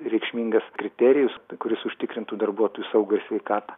reikšmingas kriterijus kuris užtikrintų darbuotojų saugą ir sveikatą